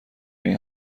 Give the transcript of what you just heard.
این